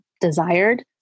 desired